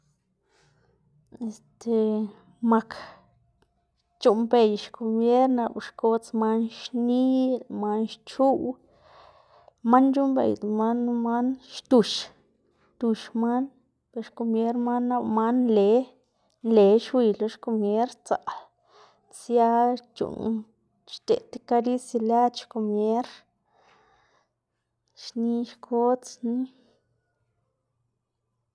Este mak c̲h̲uꞌnnbey xkomierna o xkodz man xni lëꞌ man xchuꞌ man c̲h̲uꞌnnbeyda man knu man xdux, xdux man lo xkomier manna nap lëꞌ man nle, nle xwiy lo xkomier sdzaꞌl sia c̲h̲uꞌnn xdeꞌd ti karisia lëd xkomier xni xkodz xni.